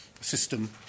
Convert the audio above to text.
system